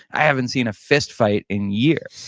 i haven't seen a fist fight in years.